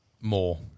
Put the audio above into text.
More